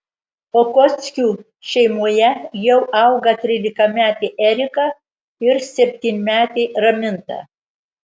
okockių šeimoje jau auga trylikametė erika ir septynmetė raminta